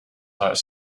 are